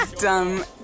dumb